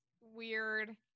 weird